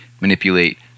manipulate